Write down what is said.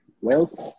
Wales